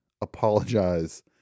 apologize